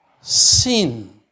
Sin